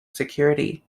security